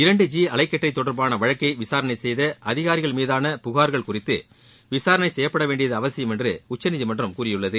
இரண்டு ஜி அலைக்கற்றை தொடர்பான வழக்கை விசாரணை செய்த அதிகாரிகள் மீதான புகார்கள் குறித்து விசாரணை செய்யப்படவேண்டியது அவசியம் என்று உச்சநீதிமன்றம் கூறியுள்ளது